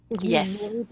Yes